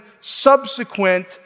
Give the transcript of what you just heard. subsequent